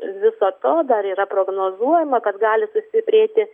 viso to dar yra prognozuojama kad gali sustiprėti